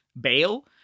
bail